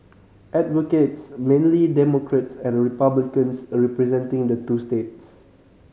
advocates mainly Democrats and Republicans representing the two states